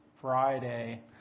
Friday